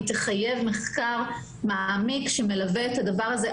תחייב מחקר מעמיק שמלווה את הדבר הזה.